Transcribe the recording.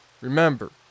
remember